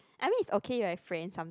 I mean it's okay if I friend some